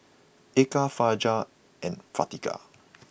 Eka Fajar and Afiqah